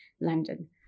London